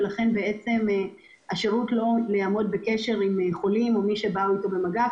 ולכן השירות לא יעמוד בקשר עם חולים או מי שבא איתם במגע.